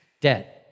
Dead